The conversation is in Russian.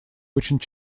очень